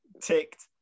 Ticked